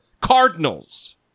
Cardinals